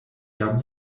jam